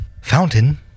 fountain